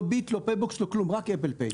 לא "ביט" לא "פייבוקס" לא כלום, רק "אפל פיי".